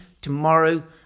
tomorrow